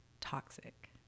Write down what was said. toxic